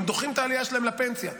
הם דוחים את העלייה שלהם לפנסיה.